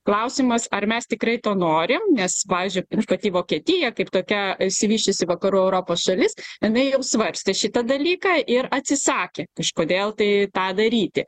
klausimas ar mes tikrai to norim nes pavyzdžiui pati vokietija kaip tokia išsivysčiusi vakarų europos šalis jinai jau svarstė šitą dalyką ir atsisakė kažkodėl tai tą daryti